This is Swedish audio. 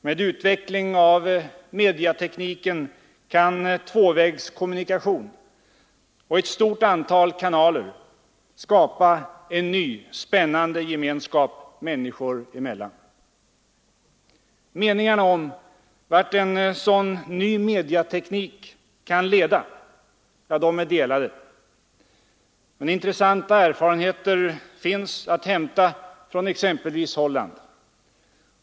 Med utveckling av mediatekniken kan tvåvägskommunikation och ett stort antal kanaler skapa en ny spännande gemenskap människor emellan. Meningarna om vart en sådan ny mediateknik kan leda är delade. Intressanta erfarenheter finns att hämta från exempelvis Holland.